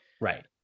Right